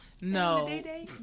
No